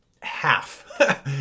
half